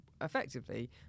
effectively